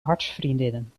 hartsvriendinnen